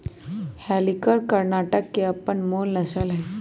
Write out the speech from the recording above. हल्लीकर कर्णाटक के अप्पन मूल नसल हइ